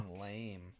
Lame